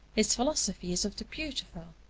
his philosophy is of the beautiful,